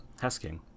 Hesking